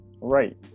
right